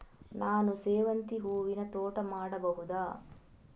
ನಾನು ಸೇವಂತಿ ಹೂವಿನ ತೋಟ ಹಾಕಬಹುದಾ?